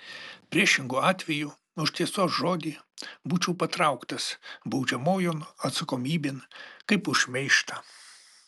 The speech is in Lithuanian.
priešingu atveju už tiesos žodį būčiau patrauktas baudžiamojon atsakomybėn kaip už šmeižtą